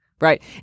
Right